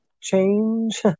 change